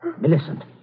Millicent